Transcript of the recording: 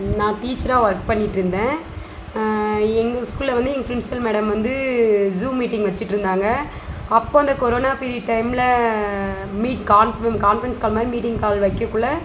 நான் டீச்சராக ஒர்க் பண்ணிட்டுருந்தேன் எங்கள் ஸ்கூலில் வந்து எங்கள் ப்ரின்ஸ்ப்பல் மேடம் வந்து ஜூம் மீட்டிங் வச்சுட்ருந்தாங்க அப்போ அந்த கொரோனா பீரியட் டைமில் மீட் கான்ஃப்ரன்ஸ் கால் மாதிரி மீட்டிங் கால் வைக்கக்குள்ள